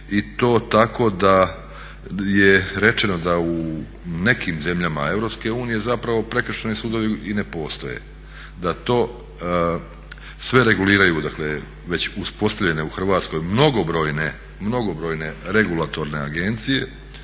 i to da je rečeno da u nekim zemljama EU prekršajni sudovi i ne postoje, da to sve reguliraju već uspostavljene u RH mnogobrojne regulatorne agencije,